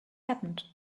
happened